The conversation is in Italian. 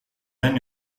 anni